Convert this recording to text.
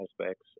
aspects